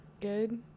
Good